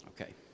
okay